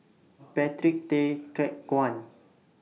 Patrick Tay Teck Guan